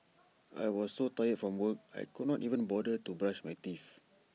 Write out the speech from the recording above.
I was so tired from work I could not even bother to brush my teeth